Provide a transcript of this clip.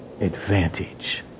advantage